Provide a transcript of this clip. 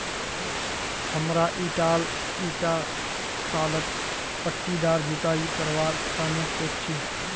हमरा ईटा सालत पट्टीदार जुताई करवार तने सोच छी